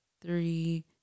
three